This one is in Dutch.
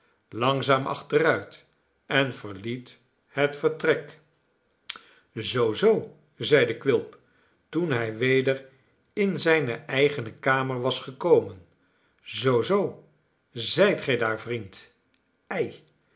langzaam achteruit en verliet het vertrek zoo zoo zeide quilp toen hij weder in zijne eigene kamer was gekomen zoo zoo zijt gij daar vriend ei